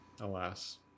alas